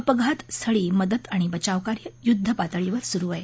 अपघातस्थळी मदत आणि बचावकार्य युद्धपातळीवर सुरु आहे